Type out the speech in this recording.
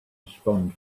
respond